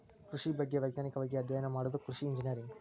ಕೃಷಿ ಬಗ್ಗೆ ವೈಜ್ಞಾನಿಕವಾಗಿ ಅಧ್ಯಯನ ಮಾಡುದ ಕೃಷಿ ಇಂಜಿನಿಯರಿಂಗ್